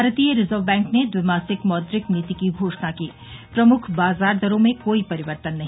भारतीय reserve bank ने द्विमासिक मौद्रिक नीति की घोषणा की प्रमुख बाजार दरों में कोई परिवर्तन नहीं